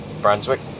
Brunswick